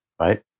right